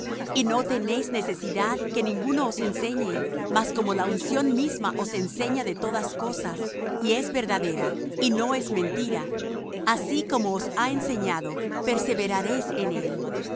y no tenéis necesidad que ninguno os enseñe mas como la unción misma os enseña de todas cosas y es verdadera y no es mentira así como os ha enseñado perseveraréis en él